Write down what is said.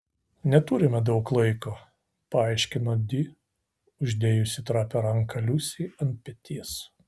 neturime daug laiko paaiškino di uždėjusi trapią ranką liusei ant peties